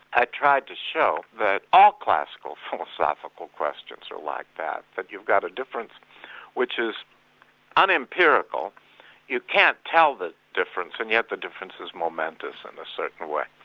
i tried to show that all classical philosophical questions are like that that you've got a difference which is un-empirical you can't tell the difference, and yet the difference is momentous in a certain way,